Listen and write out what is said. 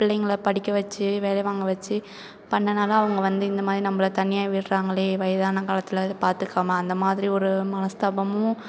பிள்ளைகள படிக்க வெச்சு வேலை வாங்க வெச்சு பண்ணதுனால அவங்க வந்து இந்தமாதிரி நம்மள தனியாக விடுறாங்களே வயதான காலத்தில் பாத்துக்காமல் அந்த மாதிரி ஒரு மனஸ்தாபமும்